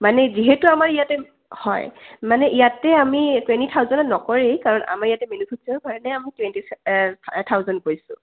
মানে যিহেতু আমাৰ ইয়াতে হয় মানে ইয়াতে আমি টুৱেণ্টি থাউজেণ্ডত নকৰেই কাৰণ আমাৰ ইয়াতে মেনুফেচাৰৰ কাৰণে আমি টুৱেণ্টি থাউজেড কৰিছোঁ